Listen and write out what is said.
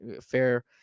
fair